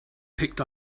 picked